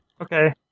Okay